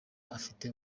afite